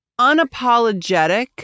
unapologetic